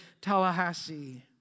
Tallahassee